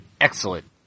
Excellent